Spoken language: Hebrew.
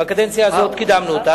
ובקדנציה הזאת קידמנו אותה.